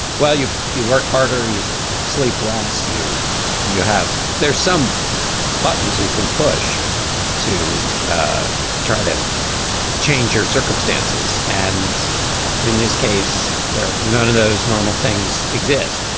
well, you you work harder, you lose sleep lasts. you you have there's some buttons you can push to ah try to change your circumstances. and in this case, there are none of those normal things exist.